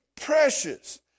precious